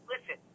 Listen